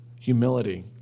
humility